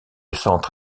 centre